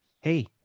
hey